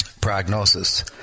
prognosis